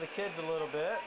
the kids a little bit